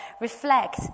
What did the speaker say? reflect